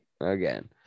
Again